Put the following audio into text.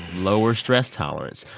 lower stress tolerance.